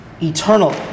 eternal